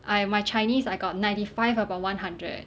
I my chinese I got ninety five upon one hundred